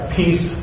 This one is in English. peace